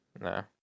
No